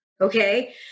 Okay